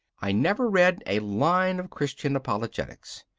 i never read a line of christian apologetics.